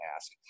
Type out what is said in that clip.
ask